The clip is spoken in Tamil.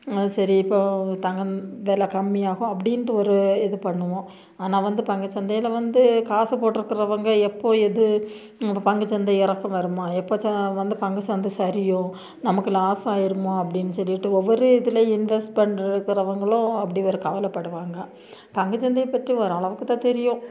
சரி இப்போது தங்கம் வில கம்மியாகும் அப்படின்ட்டு ஒரு இது பண்ணுவோம் ஆனால் வந்து பங்குச் சந்தையில் வந்து காசு போட்டிருக்குறவங்க எப்போது எது இப்போ பங்குச் சந்தை இறக்கம் வருமா எப்போ ச வந்து பங்கு சந்தை சரியும் நமக்கு லாஸ் ஆயிடுமா அப்படின்னு சொல்லிட்டு ஒவ்வொரு இதில் இன்வெஸ் பண்ணிருக்குறவங்களும் அப்படி ஒரு கவலைப்படுவாங்க பங்குச் சந்தையை பற்றி ஓரளவுக்கு தான் தெரியும்